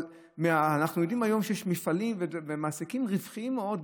אבל אנחנו יודעים שהיום יש מפעלים ומעסיקים רווחיים מאוד,